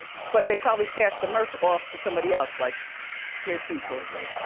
but they probably passed the merch off to somebody else. like here, cecil. probably.